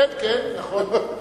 כן, כן, נכון.